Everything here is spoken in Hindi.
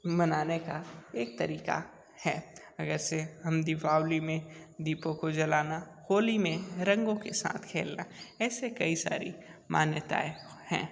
मनाने का एक तरीका है अगर से हम दीपावली में दीपों को जलाना होली में रंगो के साथ खेलना ऐसे कई सारी मानताएं हैं